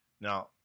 Now